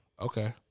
okay